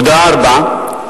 עובדה רביעית,